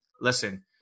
listen